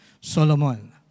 Solomon